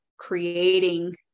creating